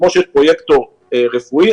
כמו שיש פרויקטור רפואי,